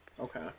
Okay